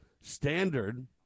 standard